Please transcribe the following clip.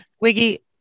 Wiggy